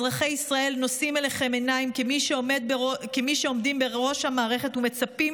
אזרחי ישראל נושאים אליכם עיניים כמי שעומדים בראש המערכת ומצפים